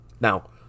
Now